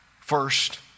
First